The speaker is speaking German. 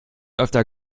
öfter